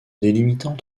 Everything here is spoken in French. délimitant